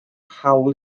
hawl